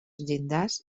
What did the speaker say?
llindars